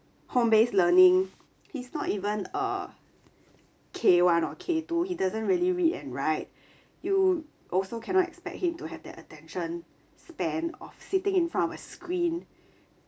home based learning he's not even uh K one or K two he doesn't really read and write you also cannot expect him to have the attention span of sitting in front of a screen